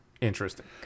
interesting